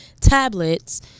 tablets